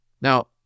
Now